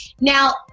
Now